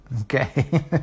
Okay